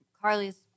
Carly's